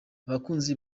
abakunzi